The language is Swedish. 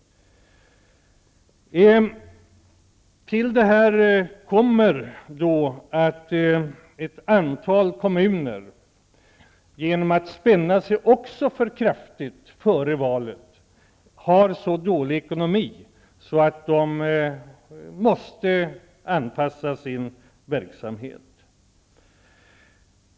Till detta kommer att ett antal kommuner, genom att ha spänt sig för kraftigt före valet, har så dålig ekonomi att de måste anpassa sin verksamhet.